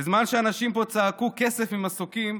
בזמן שאנשים פה צעקו "כסף ממסוקים",